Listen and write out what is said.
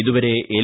ഇതുവരെ എൽ